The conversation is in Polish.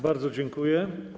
Bardzo dziękuję.